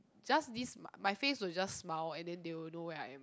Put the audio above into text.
just this my face will just smile and then they will know where I am